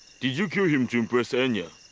did you kill him to impress enya?